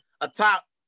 atop